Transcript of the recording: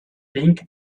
think